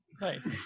nice